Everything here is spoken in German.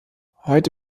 heute